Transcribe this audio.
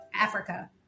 Africa